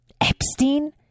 Epstein